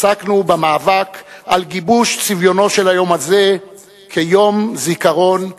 עסקנו במאבק על גיבוש צביונו של היום הזה כיום זיכרון כלל-ישראלי.